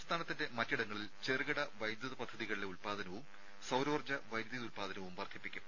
സംസ്ഥാനത്തിന്റെ മറ്റിടങ്ങളിൽ ചെറുകിട വൈദ്യുത പദ്ധതികളിലെ ഉല്പാദനവും സൌരോർജ്ജ വൈദ്യുതോല്പാദനവും വർദ്ധിപ്പിക്കും